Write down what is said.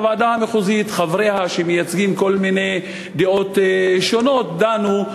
הוועדה המחוזית, שחבריה מייצגים דעות שונות, דנו.